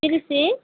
ତିରିଶ